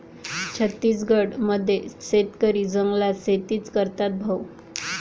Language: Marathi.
छत्तीसगड मध्ये शेतकरी जंगलात शेतीच करतात भाऊ